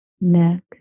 neck